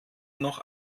noch